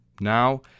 now